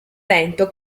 vento